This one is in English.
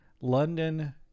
London